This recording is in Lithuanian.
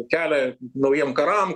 kelią naujiem karam